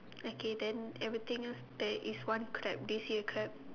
okay then everything lah there is one crab do you see a crab